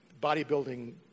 bodybuilding